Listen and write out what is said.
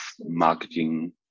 marketing